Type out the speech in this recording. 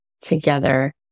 together